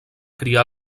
criar